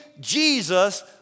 Jesus